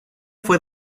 fue